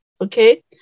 Okay